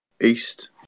east